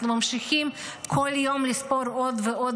אנחנו ממשיכים כל יום לספור עוד ועוד